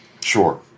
Sure